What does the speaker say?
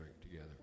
together